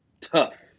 tough